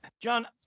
John